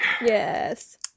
Yes